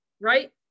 right